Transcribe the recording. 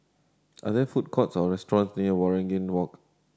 are there food courts or restaurants near Waringin Walk